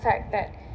fact that